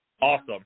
Awesome